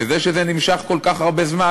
וזה שזה נמשך כל כך הרבה זמן,